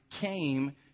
came